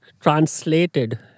translated